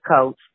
coach